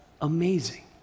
amazing